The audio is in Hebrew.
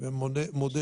ומודה